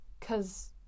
Cause